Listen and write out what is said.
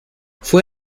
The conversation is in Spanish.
fue